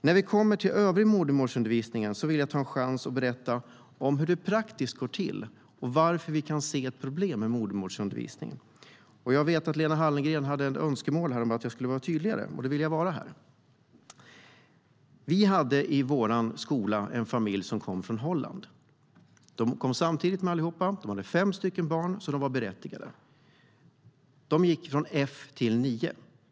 När det gäller övrig modersmålsundervisning ska jag ta chansen att berätta hur det går till praktiskt och varför vi ser ett problem med modersmålsundervisning. Lena Hallengren hade önskemål om att jag skulle vara tydligare, så det ska jag vara.I den skola där jag arbetade hade vi en familj som kom från Holland. Eftersom alla kom samtidigt och familjen hade fem barn var barnen berättigade till modersmålsundervisning.